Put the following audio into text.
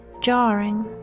jarring